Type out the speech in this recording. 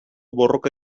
borroka